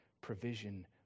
provision